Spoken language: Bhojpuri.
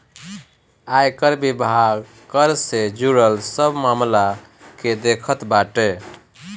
आयकर विभाग कर से जुड़ल सब मामला के देखत बाटे